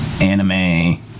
anime